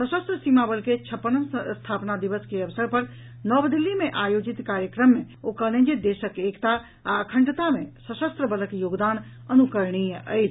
सशस्त्र सीमा बल के छप्पनम स्थापना दिवस के अवसर पर नव दिल्ली मे आयोजित कार्यक्रम मे ओ कहलनि जे देशक एकता आ अखण्डता मे सशस्त्र बलक योगदान अनुकरणीय अछि